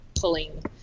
pulling